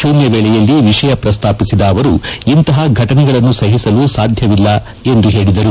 ಶೂನ್ಯ ವೇಳೆಯಲ್ಲಿ ವಿಷಯ ಪ್ರಸ್ತಾಪಿಸಿದ ಅವರು ಇಂತಹ ಫಟನೆಗಳನ್ನು ಸಹಿಸಲು ಸಾಧ್ಯವಿಲ್ಲ ಎಂದು ಹೇಳಿದರು